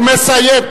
הוא מסיים.